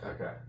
Okay